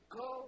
go